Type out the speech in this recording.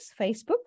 Facebook